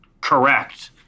correct